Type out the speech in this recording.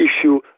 issue